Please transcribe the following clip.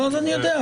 אני יודע,